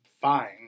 fine